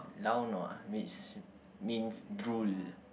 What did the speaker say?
lao nua means means drool